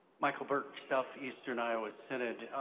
michael burk, southeastern iowa synod.